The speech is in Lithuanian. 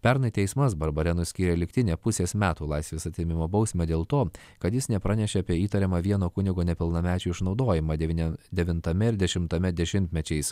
pernai teismas barbarenui skyrė lygtinę pusės metų laisvės atėmimo bausmę dėl to kad jis nepranešė apie įtariamą vieno kunigo nepilnamečių išnaudojimą devyni devintame ir dešimtame dešimtmečiais